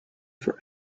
for